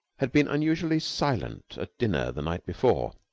had been unusually silent at dinner the night before